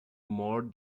more